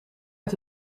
uit